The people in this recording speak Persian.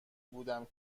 بودم